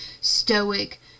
stoic